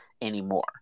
anymore